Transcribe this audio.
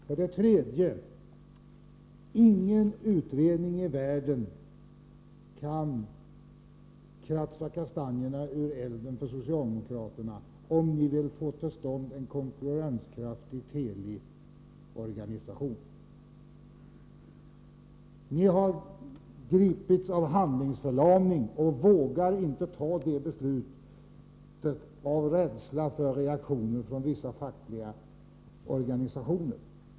För det tredje: Ingen utredning i världen kan kratsa kastanjerna ur elden för socialdemokraterna om ni vill få till stånd en konkurrenskraftig Teliorganisation. Ni har gripits av handlingsförlamning och vågar inte ta detta beslut av rädsla för reaktioner från vissa fackliga organisationer.